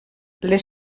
les